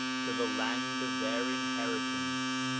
to the land of their inheritance,